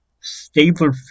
Stabler